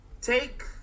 take